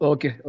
Okay